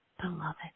beloved